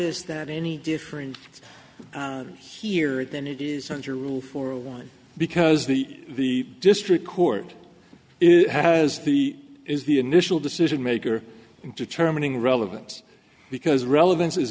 is that any different here than it is under rule for one because the the district court has the is the initial decision maker in determining relevance because relevance is